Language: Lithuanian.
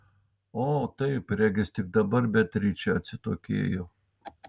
o taip regis tik dabar beatričė atsitokėjo